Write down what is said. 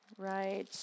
Right